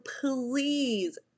please